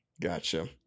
gotcha